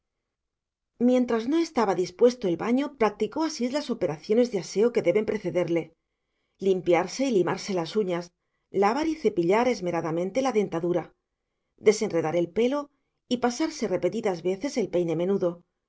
mientras no estaba dispuesto el baño practicó asís las operaciones de aseo que deben precederle limpiarse y limarse las uñas lavar y cepillar esmeradamente la dentadura desenredar el pelo y pasarse repetidas veces el peine menudo